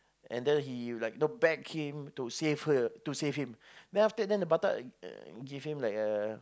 and then he like you know beg him to save her to save him then after that the batak uh gave him like a